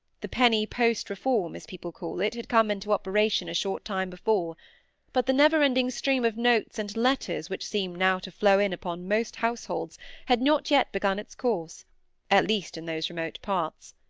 the penny-post reform, as people call it, had come into operation a short time before but the never-ending stream of notes and letters which seem now to flow in upon most households had not yet begun its course at least in those remote parts.